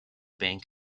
bank